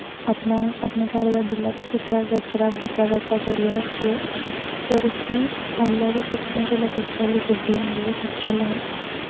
अपना अपने घर दा गिल्ला ते सुक्खरा कचरा बक्खरा बक्खरा करियै रक्खियै ते उस्सी ओल्लै गै सुट्टना जेल्लै कचरे आह्ली गड्डी औंदी ऐ कचरा लैन